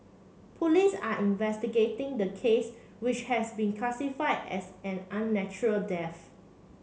police are investigating the case which has been classified as an unnatural death